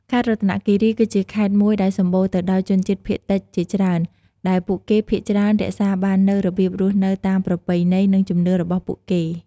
ខេត្តរតនគិរី គឺជាខេត្តមួយដែលសម្បូរទៅដោយជនជាតិភាគតិចជាច្រើន ដែលពួកគេភាគច្រើនរក្សាបាននូវរបៀបរស់នៅតាមប្រពៃណី និងជំនឿរបស់ពួកគេ។